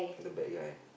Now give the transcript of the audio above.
the bad guy